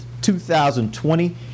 2020